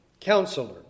Counselor